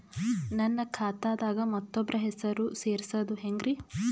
ನನ್ನ ಖಾತಾ ದಾಗ ಮತ್ತೋಬ್ರ ಹೆಸರು ಸೆರಸದು ಹೆಂಗ್ರಿ?